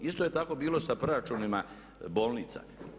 Isto je tako bilo sa proračunima bolnica.